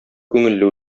күңелле